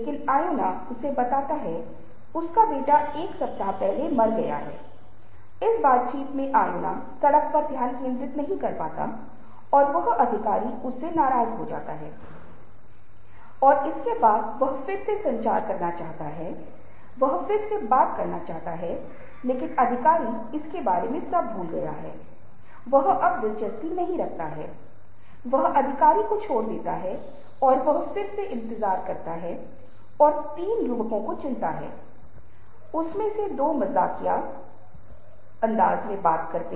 तो ऐसा नहीं है कि मैं अकेले ही सब कुछ कर सकता हूं मेरे व्यक्तिगत प्रयास बहुत महत्वपूर्ण हैं लेकिन साथ ही हम दूसरों के इनपुट दूसरों के व्यवहार दूसरों की समझ को नजरअंदाज नहीं कर सकते हैं